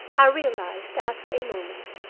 i realized, after a moment,